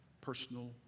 personal